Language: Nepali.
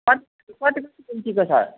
कति कति कति इन्चीको छ